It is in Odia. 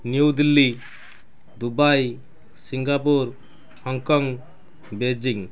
New Delhi Dubai Singapore Hong Kong Beijing